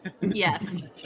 yes